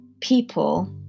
people